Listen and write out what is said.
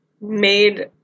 made